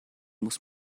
muss